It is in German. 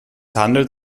handelt